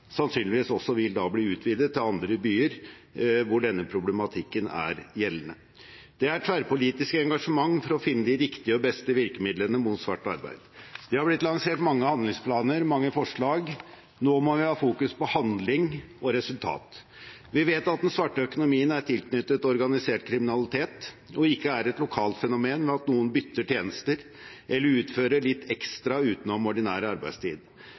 sannsynligvis også vil bli utvidet til andre byer hvor denne problematikken er gjeldende. Det er et tverrpolitisk engasjement for å finne de riktige og beste virkemidlene mot svart arbeid. Det har blitt lansert mange handlingsplaner og forslag, og nå må vi ha fokus på handling og resultat. Vi vet at den svarte økonomien er tilknyttet organisert kriminalitet og ikke et lokalt fenomen ved at noen bytter tjenester eller utfører litt ekstra utenom ordinær arbeidstid.